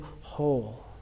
whole